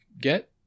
get